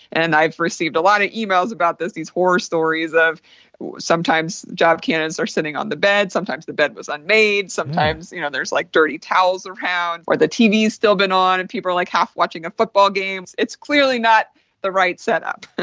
and i've received a lot of emails about those these horror stories of sometimes job candidates are sitting on the bed, sometimes the bed was unmade, sometimes you know there are like dirty towels around or the tv is still going on and people are like half watching a football game. it's clearly not the right setup